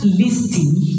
listing